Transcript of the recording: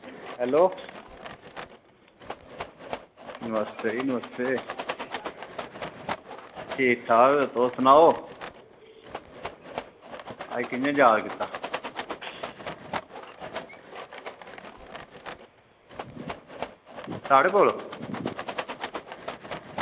hello नमस्ते जी नमस्ते ठीक ठाक तुस सनाओ अज्ज कियां याद कीता साढ़े कोल